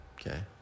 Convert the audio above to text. okay